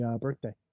birthday